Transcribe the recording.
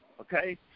Okay